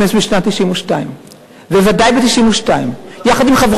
תודה לחברת הכנסת שלי יחימוביץ, שהציגה